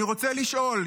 אני רוצה לשאול,